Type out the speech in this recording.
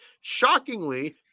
shockingly